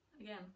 again